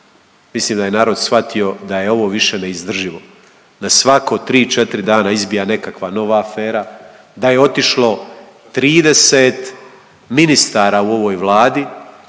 Mislim da je narod shvatio da je ovo više neizdrživo da svako 3-4 dana izbija nekakva nova afera, da je otišlo 30 ministara u ovoj Vladi